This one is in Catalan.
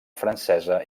francesa